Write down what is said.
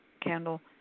candle